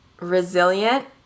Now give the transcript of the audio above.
Resilient